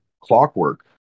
clockwork